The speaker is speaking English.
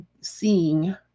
seeing